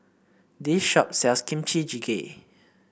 this shop sells Kimchi Jjigae